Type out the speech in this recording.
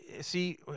see